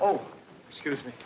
oh excuse me